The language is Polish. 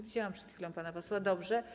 Widziałam przed chwilą pana posła, ale dobrze.